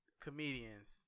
comedians